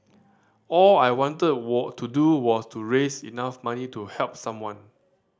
all I wanted to do was to raise enough money to help someone